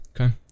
Okay